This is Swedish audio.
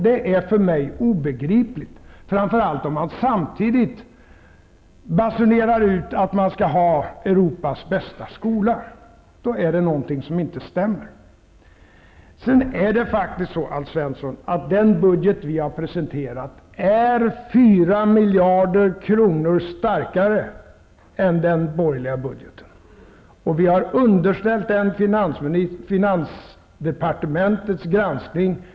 Det är för mig obegripligt, framför allt om man samtidigt basunerar ut att man skall ha Europas bästa skola. Då är det någonting som inte stämmer. Det är faktiskt så, Alf Svensson, att den budget som vi har presenterat är 4 miljarder kronor starkare än den borgerliga budgeten. Vi har underställt den finansdepartementets granskning.